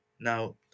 Now